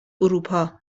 اروپا